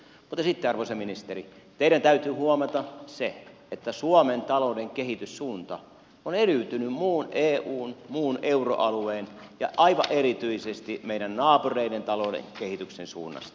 mutta sitten arvoisa ministeri teidän täytyy huomata se että suomen talouden kehityssuunta on eriytynyt muun eun muun euroalueen ja aivan erityisesti meidän naapureidemme talouden kehityksen suunnasta